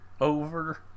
over